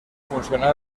funcionar